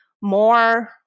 more